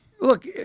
Look